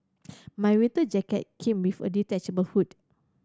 my winter jacket came with a detachable hood